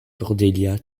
cordelia